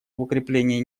укреплении